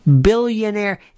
billionaire